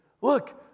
Look